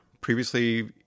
previously